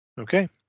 Okay